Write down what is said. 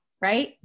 right